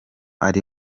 ari